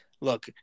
look